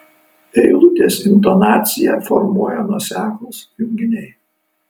eilutės intonaciją formuoja nuoseklūs junginiai